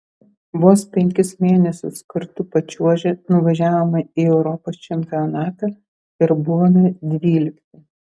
vos penkis mėnesius kartu pačiuožę nuvažiavome į europos čempionatą ir buvome dvylikti